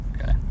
Okay